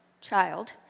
child